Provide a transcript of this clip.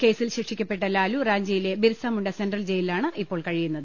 കേസിൽ ശിക്ഷി ക്കപ്പെട്ട ലാലു റാഞ്ചിയിലെ ബിർസാമുണ്ട സെൻട്രൽ ജയിലിലാണ് ഇപ്പോൾ കഴിയുന്നത്